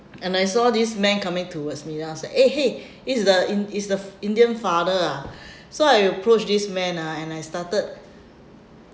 and I saw this man coming towards me and I was like eh !hey! it's the in~ it's the indian father ah so I approached this man ya and I started